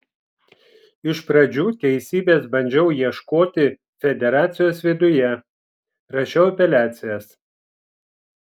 iš pradžių teisybės bandžiau ieškoti federacijos viduje rašiau apeliacijas